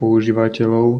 používateľov